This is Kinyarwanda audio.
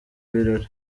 birori